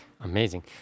Amazing